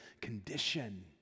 condition